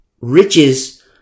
riches